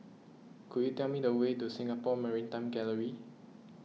could you tell me the way to Singapore Maritime Gallery